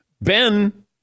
Ben